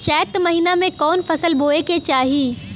चैत महीना में कवन फशल बोए के चाही?